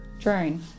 drone